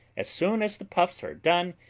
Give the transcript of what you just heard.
as soon as the puffs are done,